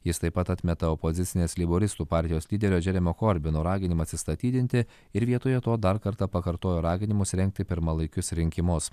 jis taip pat atmeta opozicinės leiboristų partijos lyderio džeremio korbino raginimą atsistatydinti ir vietoje to dar kartą pakartojo raginimus rengti pirmalaikius rinkimus